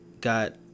got